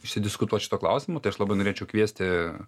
išsidiskutuot šituo klausimu tai aš labai norėčiau kviesti